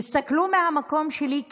תסתכלו מהמקום שלי,